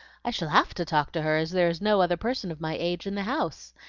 i shall have to talk to her, as there is no other person of my age in the house.